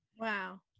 Wow